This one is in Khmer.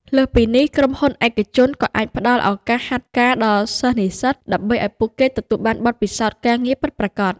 លើសពីនេះ ក្រុមហ៊ុនឯកជនក៏អាចផ្តល់ឱកាស ហាត់ការ ដល់សិស្សនិស្សិត ដើម្បីឱ្យពួកគេទទួលបានបទពិសោធន៍ការងារពិតប្រាកដ។